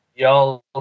y'all